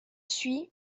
suit